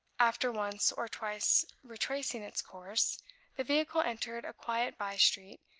after once or twice retracing its course, the vehicle entered a quiet by-street,